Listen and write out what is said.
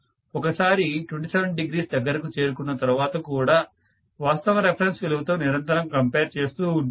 ఒకసారి 27° దగ్గరకు చేరుకున్న తరువాత కూడా వాస్తవ రెఫరెన్స్ విలువతో నిరంతరం కంపేర్ చేస్తూ ఉంటుంది